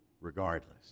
regardless